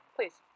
Please